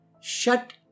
Shut